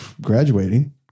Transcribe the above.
graduating